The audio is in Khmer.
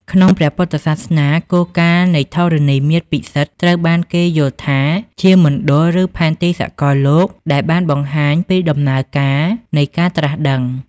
ក្នុងព្រះពុទ្ធសាសនា គោលការណ៍នៃធរណីមាត្រពិសិដ្ឋត្រូវបានគេយល់ថាជាមណ្ឌល ឬផែនទីសកលលោកដែលបានបង្ហាញពីដំណើរការនៃការត្រាស់ដឹង។